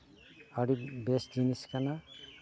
ᱟᱹᱰᱤ ᱵᱮᱥ ᱡᱤᱱᱤᱥ ᱠᱟᱱᱟ